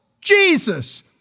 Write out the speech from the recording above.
Jesus